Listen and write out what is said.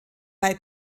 bei